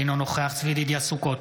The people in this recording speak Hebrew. אינו נוכח צבי ידידיה סוכות,